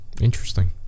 Interesting